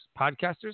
podcasters